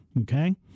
Okay